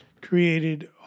created